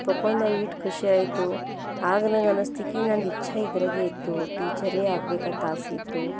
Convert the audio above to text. ತಕೊಂಡೆ ಈಟು ಖುಷಿಯಾಯಿತು ಆಗ ನಂಗೆ ಅನ್ನಸ್ತು ಕಿ ನಂದು ಇಚ್ಛೆ ಇದ್ರಾಗೆ ಇತ್ತು ಟೀಚರೇ ಆಗಬೇಕಂತ ಆಸೆ ಇತ್ತು